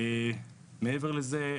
מעבר לזה,